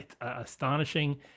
astonishing